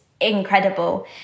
incredible